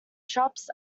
shops